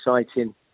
exciting